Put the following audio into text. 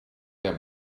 der